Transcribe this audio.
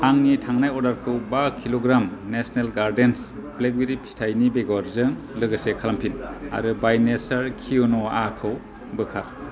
आंनि थांनाय अर्डारखौ बा किल'ग्राम नेसनेल गार्डेन्स ब्लेकबेरि फिथाइनि बेगरजों लोगोसे खालामफिन आरो बाइ नेचार किउन' आ खौ बोखार